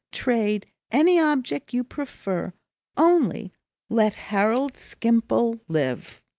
trade, any object you prefer only let harold skimpole live!